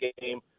game